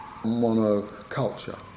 monoculture